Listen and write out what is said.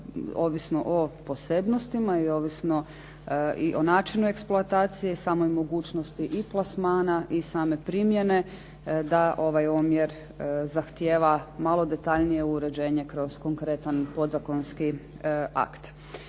ovisno o posebnostima i ovisno i o načinu eksploatacije, samo i mogućnosti i plasmana i same primjene da ovaj omjer zahtijeva malo detaljnije uređenje kroz konkretan podzakonski akt.